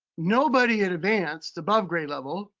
nobody in advanced, above grade level.